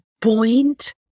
point